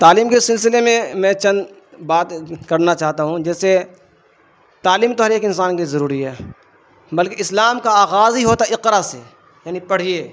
تعلیم کے سلسلے میں میں چند بات کرنا چاہتا ہوں جیسے تعلیم تور ایک انسان کی ضروری ہے بلکہ اسلام کا آغاز ہی ہوتا ہے اقرا سے یعنی پڑھیے